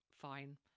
Fine